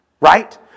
right